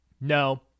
No